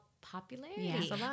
popularity